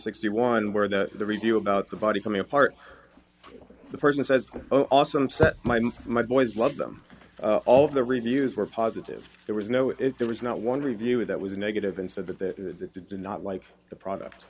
sixty one where the review about the body coming apart the person says oh also my my boys love them all of the reviews were positive there was no if there was not one reviewer that was negative and said that they did not like the product